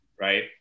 Right